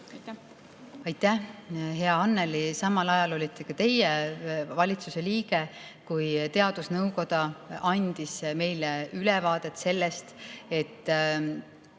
Aitäh, hea Anneli! Samal ajal olite ka teie valitsuse liige, kui teadusnõukoda andis meile ülevaadet sellest,